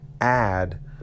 add